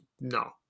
no